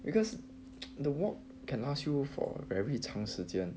because the wok can last you for very 长时间